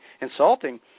insulting